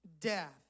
death